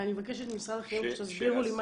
ואני מבקשת ממשרד החינוך שתסבירו לי.